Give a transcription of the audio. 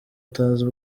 utazi